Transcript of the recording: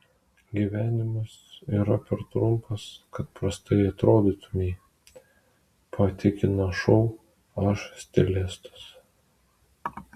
gyvenimas yra per trumpas kad prastai atrodytumei patikina šou aš stilistas